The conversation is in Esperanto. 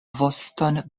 voston